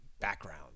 background